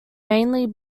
mainly